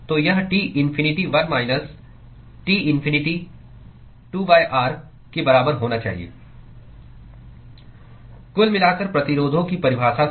तो यह T infinity 1 minus T infinity 2 R के बराबर होना चाहिए कुल मिलाकर प्रतिरोधों की परिभाषा से